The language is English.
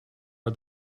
are